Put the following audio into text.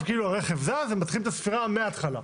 כאילו הרכב זז ומתחילים את הספירה מן ההתחלה.